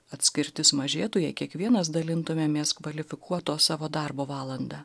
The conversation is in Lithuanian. atskirtis mažėtų jei kiekvienas dalintumėmės kvalifikuoto savo darbo valanda